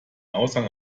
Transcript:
aushang